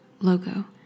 logo